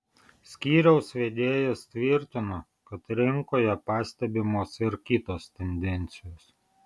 skyriaus vedėjas tvirtino kad rinkoje pastebimos ir kitos tendencijos